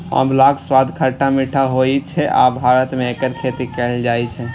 आंवलाक स्वाद खट्टा मीठा होइ छै आ भारत मे एकर खेती कैल जाइ छै